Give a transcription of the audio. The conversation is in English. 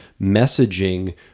messaging